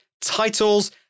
titles